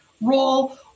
role